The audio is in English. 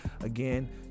Again